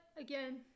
again